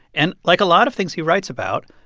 and like a lot of things he writes about,